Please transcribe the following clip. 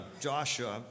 Joshua